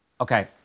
Okay